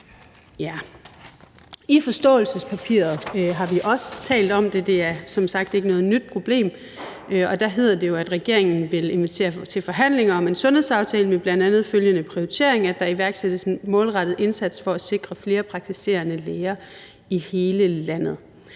forståelsespapiret har vi også talt om det, for det er som sagt ikke noget nyt problem, og der hedder det, at regeringen vil invitere til forhandlinger om en sundhedsaftale med bl.a. følgende prioritering, nemlig at der iværksættes en målrettet indsats for at sikre flere praktiserende læger i hele landet.